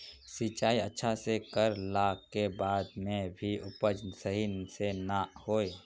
सिंचाई अच्छा से कर ला के बाद में भी उपज सही से ना होय?